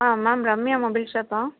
ஆ ma'am Ramya mobile ஷாப்பா